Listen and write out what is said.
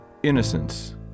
Innocence